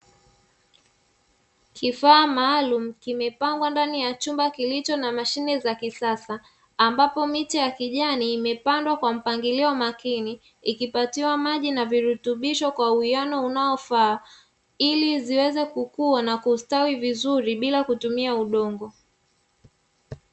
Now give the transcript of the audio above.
Kifaa maalum kimepangwa ndani ya chumba kilicho na mashine za kisasa, ambapo miche ya kijani imepandwa kwa mpangilio makini ikipatiwa maji na virutubisho kwa uwiano unaofaa ili ziweze kukua na kustawi vizuri bila kutumia udongo.